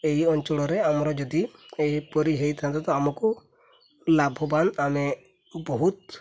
ଏହି ଅଞ୍ଚଳରେ ଆମର ଯଦି ଏହିପରି ହେଇଥାନ୍ତା ତ ଆମକୁ ଲାଭବାନ ଆମେ ବହୁତ